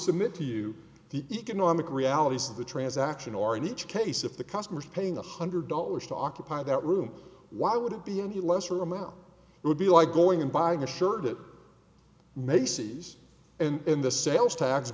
submit to you the economic realities of the transaction or in each case if the customer is paying one hundred dollars to occupy that room why would it be any lesser amount would be like going and buying a shirt that macy's and in the sales tax